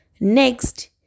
Next